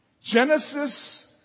Genesis